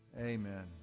Amen